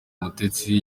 mutesi